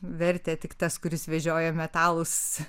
vertę tik tas kuris vežioja metalus